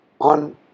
on